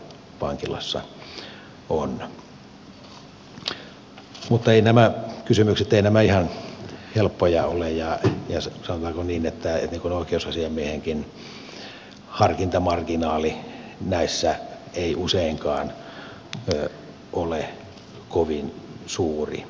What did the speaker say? mutta eivät nämä kysymykset ihan helppoja ole ja sanotaanko niin että ei oikeusasiamiehenkään harkintamarginaali näissä useinkaan ole kovin suuri